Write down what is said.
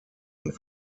und